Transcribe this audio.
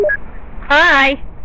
Hi